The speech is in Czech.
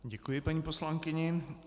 Děkuji paní poslankyni.